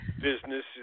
business